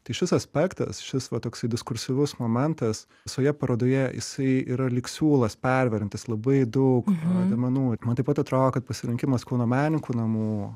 tai šis aspektas šis va toksai diskursyvus momentas visoje parodoje jisai yra lyg siūlas perveriantis labai daug vaidmenų man taip pat atrodo kad pasirinkimas kauno menininkų namų